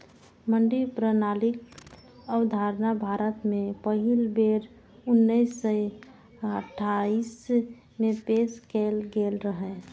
मंडी प्रणालीक अवधारणा भारत मे पहिल बेर उन्नैस सय अट्ठाइस मे पेश कैल गेल रहै